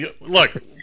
Look